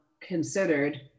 considered